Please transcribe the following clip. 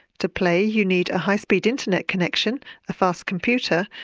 to play, you need a high speed interconnect connection, a fast computer,